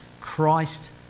Christ